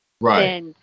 Right